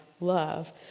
love